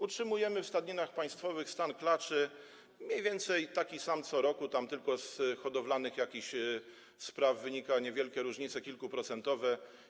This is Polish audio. Utrzymujemy w stadninach państwowych stan klaczy mniej więcej taki sam co roku, tam tylko z jakichś hodowlanych spraw wynikają niewielkie różnice, kilkuprocentowe.